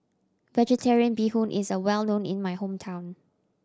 Vegetarian Bee Hoon is well known in my hometown